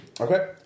Okay